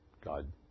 God